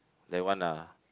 that one ah